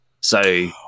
So-